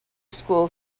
school